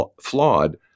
flawed